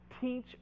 Teach